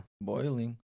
Boiling